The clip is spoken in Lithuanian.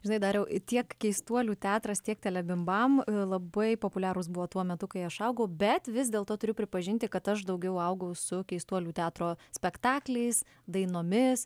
žinai dariau tiek keistuolių teatras tiek telebimbam labai populiarūs buvo tuo metu kai aš augau bet vis dėlto turiu pripažinti kad aš daugiau augau su keistuolių teatro spektakliais dainomis